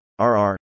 RR